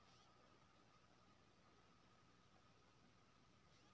सबसे बेसी पानी केना सब्जी मे लागैत अछि?